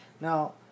now